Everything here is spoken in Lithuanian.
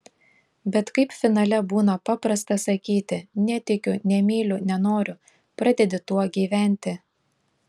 bet kaip finale būna paprasta sakyti netikiu nemyliu nenoriu pradedi tuo gyventi